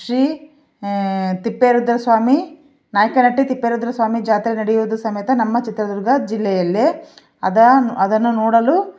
ಶ್ರೀ ತಿಪ್ಪೇರುದ್ರಸ್ವಾಮಿ ನಾಯಕನಟ್ಟಿ ತಿಪ್ಪೇರುದ್ರಸ್ವಾಮಿ ಜಾತ್ರೆ ನಡೆಯುವುದು ಸಮೇತ ನಮ್ಮ ಚಿತ್ರದುರ್ಗ ಜಿಲ್ಲೆಯಲ್ಲೇ ಅದು ಅದನ್ನು ನೋಡಲು